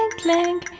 and clink,